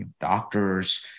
doctors